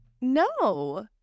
No